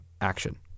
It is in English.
action